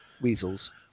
weasels